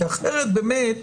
כי אחרת באמת